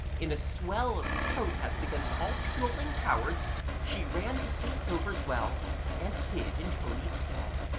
in a swell of protest against all puling cowards she ran to st. govor's well and hid in tony's stead.